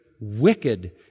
wicked